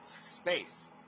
space